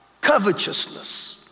covetousness